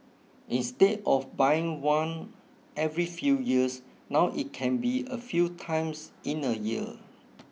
instead of buying one every few years now it can be a few times in a year